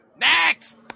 Next